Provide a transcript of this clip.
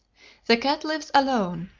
the cat lives alone,